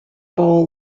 bowl